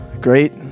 great